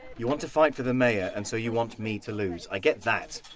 you want to fight for the mayor, and so you want me to lose, i get that.